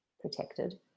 protected